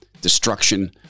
destruction